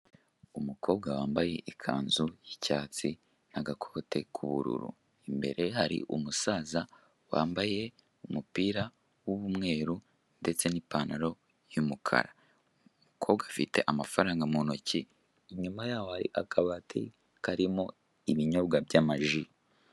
Umukobwa wambaye ikanzu y'icyatsi n'agakote k'ubururu, imbere hari umusaza wambaye umupira w'umweru ndetse n'ipantaro y'umukara, umukobwa afite amafaranga mu ntoki, inyuma yaho hari akabati karimo ibinyobwa by'amaji.